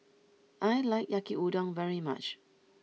I like Yaki Udon very much